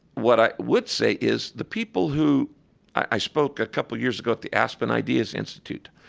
what i would say is the people who i spoke a couple of years ago at the aspen ideas institute,